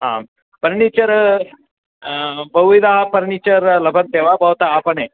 आं फर्निचर् बहुविध फर्निचर् लभन्ते वा भवताम् आपणे